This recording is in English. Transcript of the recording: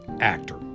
actor